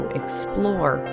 explore